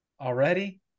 Already